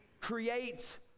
creates